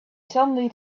suddenly